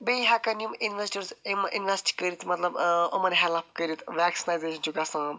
بیٚیہِ ہیٚکَن یِم اِنویٚسٹٲرٕس یِم اِنویٚسٹ کٔرِتھ مطلب ٲں یِمَن ہیٚلٕپ کٔرِتھ چھُ گژھان